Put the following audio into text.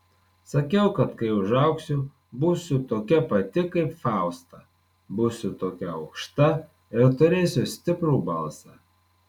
sakiau kad kai užaugsiu būsiu tokia pati kaip fausta būsiu tokia aukšta ir turėsiu stiprų balsą